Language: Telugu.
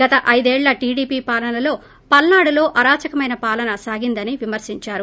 గత ఐదేళ్ల టీడీపీ పాలనలో పల్సాడులో అరాచకమైన పాలన సాగిందని విమర్పించారు